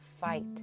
fight